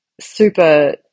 super